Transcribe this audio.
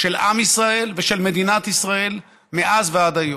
של עם ישראל ושל מדינת ישראל מאז ועד היום.